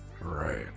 Right